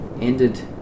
ended